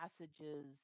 passages